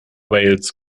wales